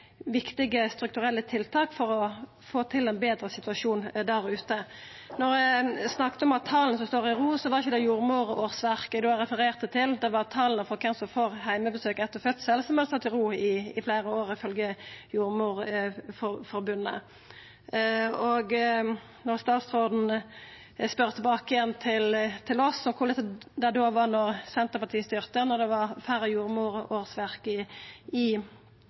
viktige strukturelle tiltak for å få til ein betre situasjon der ute. Da eg snakka om tala som står i ro, var det ikkje jordmorsårsverka eg refererte til. Det er tala på kven som får heimebesøk etter fødsel, som ifølgje Jordmorforbundet har stått i ro i fleire år. Til at statsråden spør oss tilbake om korleis det var da Senterpartiet styrte, da det var færre jordmorårsverk i